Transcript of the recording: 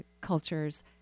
cultures –